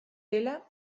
dela